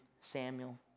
Samuel